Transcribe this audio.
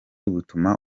butuma